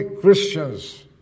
Christians